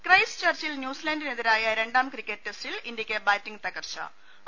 Christ ചർച്ചിൽ ന്യൂസീലൻഡിനെതിരായ രണ്ടാം ക്രിക്കറ്റ് ടെസ്റ്റിൽ ഇന്ത്യക്ക് ബാറ്റിംഗ് തകർച്ചു